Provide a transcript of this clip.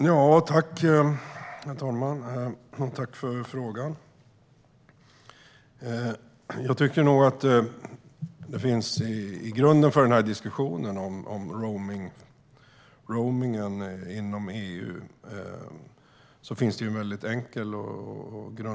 Herr talman! Tack för frågan! Jag tycker nog att det finns en väldigt enkel och grundläggande konflikt i diskussionen om roaming inom EU.